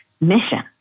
mission